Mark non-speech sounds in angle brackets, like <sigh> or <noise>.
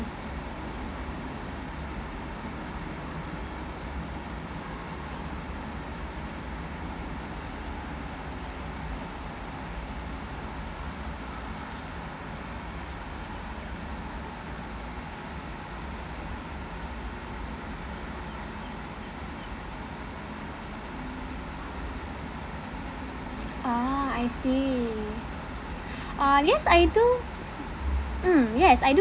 ah I see <breath> uh yes I do mm yes I do